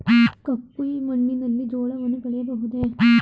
ಕಪ್ಪು ಮಣ್ಣಿನಲ್ಲಿ ಜೋಳವನ್ನು ಬೆಳೆಯಬಹುದೇ?